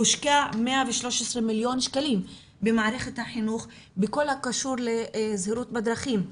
הושקעו 113 מיליון שקלים במערכת החינוך בכל מה שקשור לזהירות בדרכים.